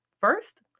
First